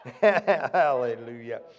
hallelujah